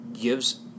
gives